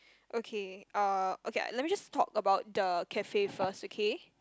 okay uh okay let me just talk about the cafe first okay